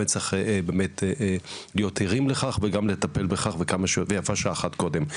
צריכים להיות ערים לכך וגם לטפל בכך ויפה שעה אחת קודם.